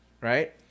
right